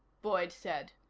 boyd said.